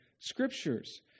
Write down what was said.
scriptures